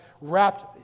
wrapped